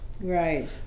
Right